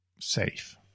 safe